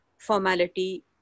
formality